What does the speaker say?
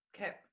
Okay